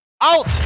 Out